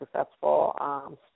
successful